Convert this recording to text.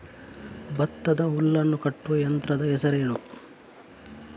ಭತ್ತದ ಹುಲ್ಲನ್ನು ಕಟ್ಟುವ ಯಂತ್ರದ ಹೆಸರೇನು?